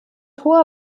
hoher